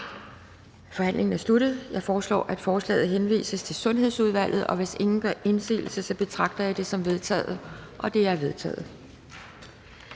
Forhandlingen er sluttet. Jeg foreslår, at forslaget henvises til Sundhedsudvalget, og hvis ingen gør indsigelse, betragter jeg det som vedtaget. Det er vedtaget.